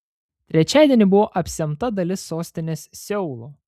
trečiadienį buvo apsemta dalis sostinės seulo